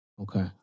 Okay